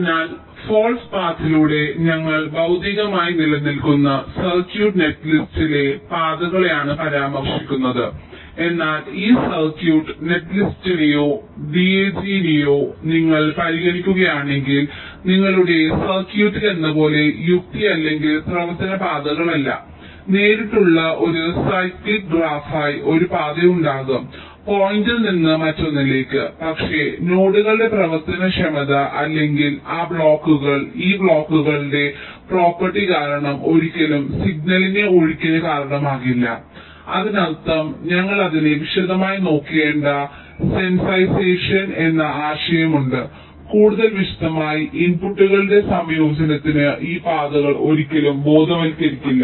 അതിനാൽ ഫാൾസ് പാത്ലൂടെ ഞങ്ങൾ ഭൌതികമായി നിലനിൽക്കുന്ന സർക്യൂട്ട് നെറ്റ്ലിസ്റ്റിലെ പാതകളെയാണ് പരാമർശിക്കുന്നത് എന്നാൽ ഈ സർക്യൂട്ട് നെറ്റ്ലിസ്റ്റിനെയോ ഡിഎജിയെയോ നിങ്ങൾ പരിഗണിക്കുകയാണെങ്കിൽ നിങ്ങളുടെ സർക്യൂട്ടിലെന്നപോലെ യുക്തി അല്ലെങ്കിൽ പ്രവർത്തന പാതകളല്ല നേരിട്ടുള്ള ഒരു സൈക്ലിക് ഗ്രാഫായി ഒരു പാത ഉണ്ടാകും പോയിന്റിൽ നിന്ന് മറ്റൊന്നിലേക്ക് പക്ഷേ നോഡുകളുടെ പ്രവർത്തനക്ഷമത അല്ലെങ്കിൽ ആ ബ്ലോക്കുകൾ ഈ ബ്ലോക്കുകളുടെ പ്രോപ്പർട്ടി കാരണം ഒരിക്കലും സിഗ്നലിന്റെ ഒഴുക്കിന് കാരണമാകില്ല അതിനർത്ഥം ഞങ്ങൾ അതിനെ വിശദമായി നോക്കേണ്ട സെൻസിറ്റൈസേഷൻ എന്ന ആശയം ഉണ്ട് കൂടുതൽ വിശദമായി ഇൻപുട്ടുകളുടെ സംയോജനത്തിന് ഈ പാതകൾ ഒരിക്കലും ബോധവൽക്കരിക്കില്ല